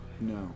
No